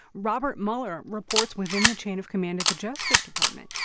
robert mueller reports within the chain of command at the justice department.